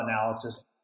analysis